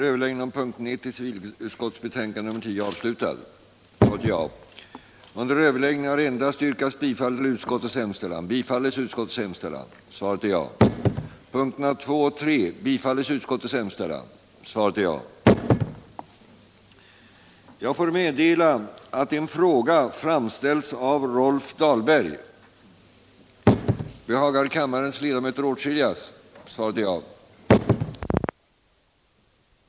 Herr talman! Detta är inte någon uppmaning till lagbrott. Jag tror att vice ordföranden och jag är överens om att vi många gånger bara eftersträvar att myndigheterna hanterar bestämmelserna på ett praktiskt sätt så att allt fungerar. Det är inte fråga om lagbrott. Enligt tidningsuppgifter medförde det flygplan som under gårdagen störtade utanför Gävle icke någon nödsändare. Vill statsrådet redogöra för de bestämmelser som gäller för beviljande av dispens från skyldigheten att medföra nödsändare på flygplan?